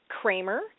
Kramer